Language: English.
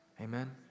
Amen